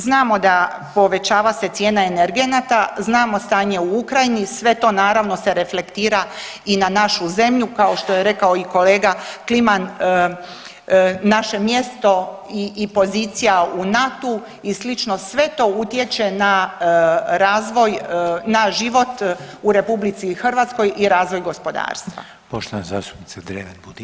Znamo da povećava se cijena energenata, znamo stanje u Ukrajini, sve to naravno se reflektira i na našu zemlju, kao što je rekao i kolega Kliman, naše mjesto i pozicija u NATO-u i slično sve to utječe na razvoj, na život u RH i razvoj gospodarstva.